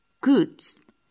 Goods